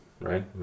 right